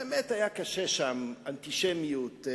באמת היה קשה שם, אנטישמיות,